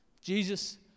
Jesus